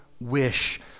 wish